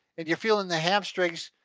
and you're feeling the hamstrings.